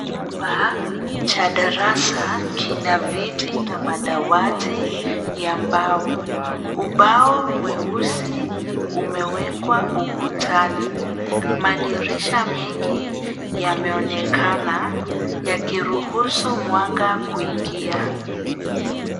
Chumba cha darasa kina viti na madawati ya mbao. Ubao mweusi umewekwa ukutani. Madirisha mengi yameonekana yakiruhusu mwanga kuingia.